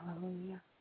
Hallelujah